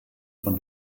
von